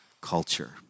culture